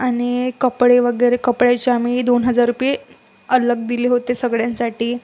आणि कपडे वगैरे कपड्याचे आम्ही दोन हजार रुपये अलग दिले होते सगळ्यांसाठी